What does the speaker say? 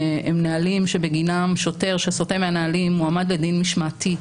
הם נהלים שבגינם שוטר שסוטה מהנהלים מועמד לדין משמעתי.